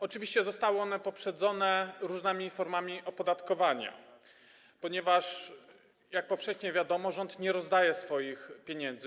Oczywiście zostały one poprzedzone różnymi formami opodatkowania, ponieważ, jak powszechnie wiadomo, rząd nie rozdaje swoich pieniędzy.